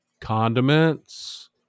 condiments